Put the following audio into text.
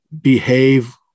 behave